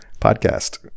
podcast